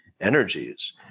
energies